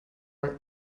maar